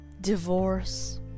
divorce